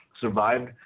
survived